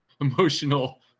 emotional